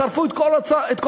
שרפו את כל האוצרות,